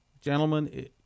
gentlemen